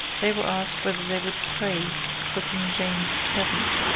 they were asked whether they would pray for king james the seventh.